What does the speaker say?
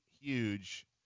huge